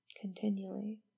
continually